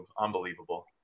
unbelievable